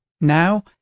Now